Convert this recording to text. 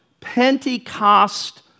Pentecost